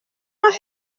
mae